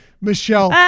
Michelle